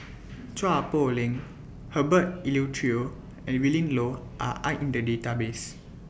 Chua Poh Leng Herbert Eleuterio and Willin Low Are in The Database